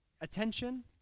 attention